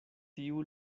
tiu